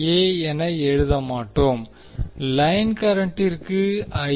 ஏ என எழுத மாட்டோம் லைன் கரண்ட்டிற்கு ஐ